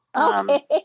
Okay